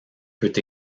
peut